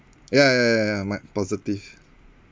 ya ya ya my positive